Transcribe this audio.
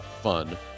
fun